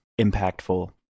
impactful